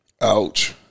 Ouch